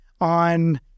on